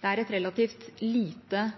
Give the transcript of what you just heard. Det er et relativt lite